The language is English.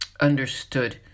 understood